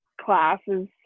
classes